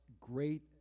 great